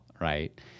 right